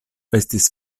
estis